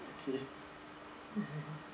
okay